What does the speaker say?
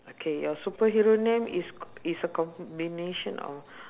okay your superhero name is is a combination of